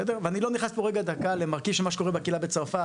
ואני לא נכנס למרכיב של מה שקורה בקהילה בצרפת,